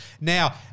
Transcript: Now